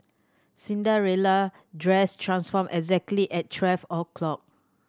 Cinderella dress transformed exactly at twelve o' clock